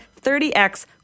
30X